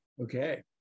Okay